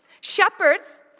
Shepherds